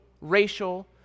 racial